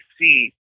see